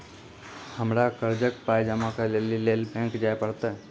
हमरा कर्जक पाय जमा करै लेली लेल बैंक जाए परतै?